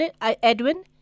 Edwin